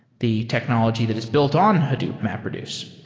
the technology that is built on hadoop mapreduce.